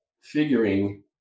figuring